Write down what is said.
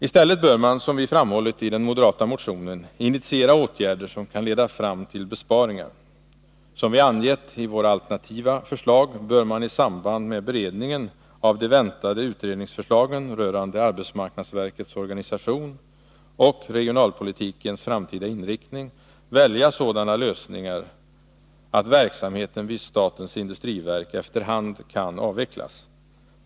I stället bör man, som vi har framhållit i den moderata motionen, initiera åtgärder som kan leda fram till besparingar. Som vi har angett i våra alternativa förslag bör man i samband med beredningen av de väntade utredningsförslagen rörande arbetsmarknadsverkets organisation och regionalpolitikens framtida inriktning välja sådana lösningar att verksamheten vid statens industriverk efter hand kan avvecklas.